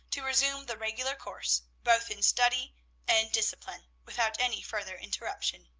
to resume the regular course, both in study and discipline, without any further interruption.